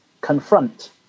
confront